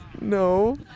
No